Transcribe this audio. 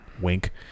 Wink